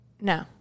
No